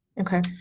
Okay